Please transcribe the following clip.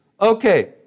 Okay